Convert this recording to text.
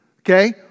okay